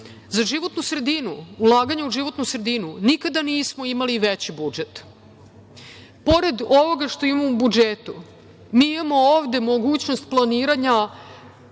životnu sredinu, ulaganje u životnu sredinu nikada nismo imali veći budžet. Pored ovoga što imamo u budžetu mi imamo ovde mogućnost planiranja